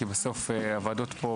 כי בסוף הוועדות פה,